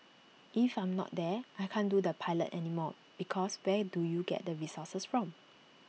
if I'm not there I can't do the pilot anymore because where do you get the resources from